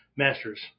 Master's